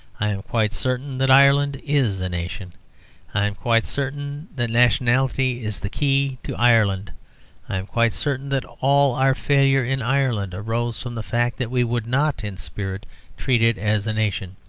i am quite certain that ireland is a nation i am quite certain that nationality is the key to ireland i am quite certain that all our failure in ireland arose from the fact that we would not in spirit treat it as a nation.